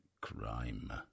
Crime